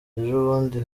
ejobundi